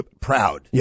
proud